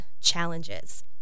challenges